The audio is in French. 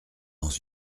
dans